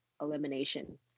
elimination